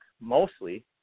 mostly